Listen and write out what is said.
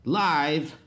live